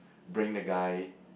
bring the guy